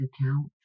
account